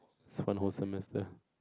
it's one whole semester